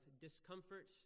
discomfort